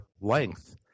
length